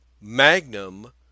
magnum